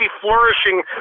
flourishing